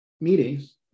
meetings